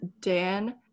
Dan